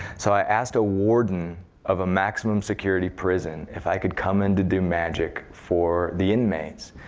so i asked a warden of a maximum security prison if i could come in to do magic for the inmates.